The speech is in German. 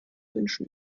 wünschen